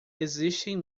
existem